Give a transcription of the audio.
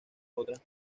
otras